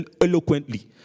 eloquently